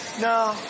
No